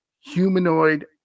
humanoid